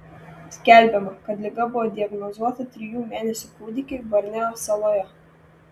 skelbiama kad liga buvo diagnozuota trijų mėnesių kūdikiui borneo saloje